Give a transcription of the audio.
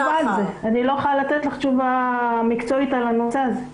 אני לא יכולה לתת לך תשובה מקצועית על הנושא הזה.